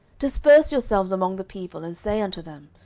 disperse yourselves among the people, and say unto them,